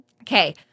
Okay